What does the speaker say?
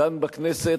כאן בכנסת,